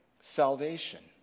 salvation